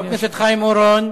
חבר הכנסת חיים אורון.